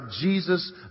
Jesus